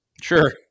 Sure